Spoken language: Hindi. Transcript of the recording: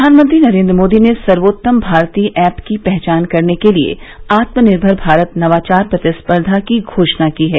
प्रधानमंत्री नरेंद्र मोदी ने सर्वोत्तम भारतीय ऐप की पहचान करने के लिए आत्मनिर्भर भारत नवाचार प्रतिस्पर्या की घोषणा की है